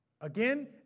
Again